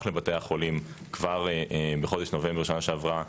לבתי החולים כבר בחודש נובמבר בשנה שעברה,